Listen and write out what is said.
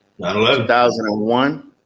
2001